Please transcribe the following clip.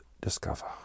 discover